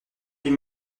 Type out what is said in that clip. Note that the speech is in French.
huit